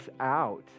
out